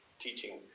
teaching